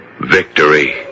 Victory